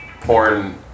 porn